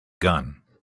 gun